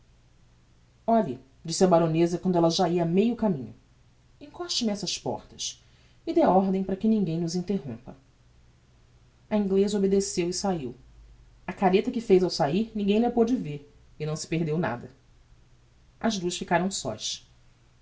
olhe disse a baroneza quando ella já ia a meio caminho encoste me essas portas e dê ordem para que ninguem nos interrompa a ingleza obedeceu e saiu a careta que fez ao sair ninguem lh'a pôde ver e não se perdeu nada as duas ficaram sós